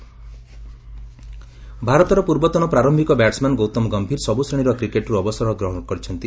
cricket ଭାରତର ପୂର୍ବତନ ପ୍ରାର୍ୟିକ ବ୍ୟାଟ୍ସ୍ମ୍ୟାନ୍ ଗୌତମ ଗମ୍ଭୀର ସବୁଶ୍ରେଣୀର କ୍ରିକେଟ୍ରୁ ଅବସର ଗ୍ରହଣ କରିଛନ୍ତି